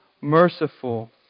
merciful